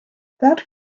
that